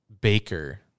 Baker